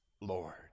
Lord